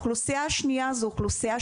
דקה.